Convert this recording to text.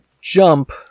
jump